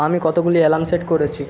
আমি কতগুলি alarm set করেছি